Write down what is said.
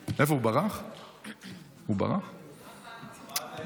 מתמודדת לראשונה עם ניסיון להפיכה צבאית.